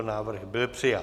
Návrh byl přijat.